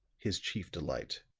his chief delight.